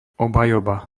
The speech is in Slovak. obhajoba